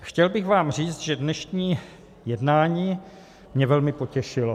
Chtěl bych vám říct, že dnešní jednání mě velmi potěšilo.